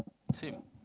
same